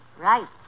Right